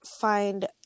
find